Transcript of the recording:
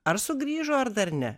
ar sugrįžo ar dar ne